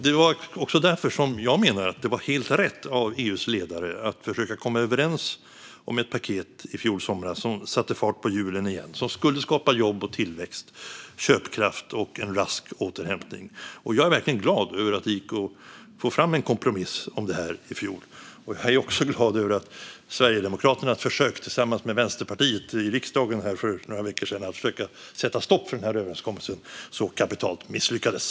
Det är också därför som jag menar att det var helt rätt av EU:s ledare att försöka komma överens om ett paket i fjol somras som satte fart på hjulen igen, som skulle skapa jobb och tillväxt, köpkraft och en rask återhämtning. Jag är verkligen glad över att det gick att få fram en kompromiss om det här i fjol, och jag är också glad över att Sverigedemokraternas försök tillsammans med Vänsterpartiet i riksdagen här för några veckor sedan att sätta stopp för överenskommelsen så kapitalt misslyckades.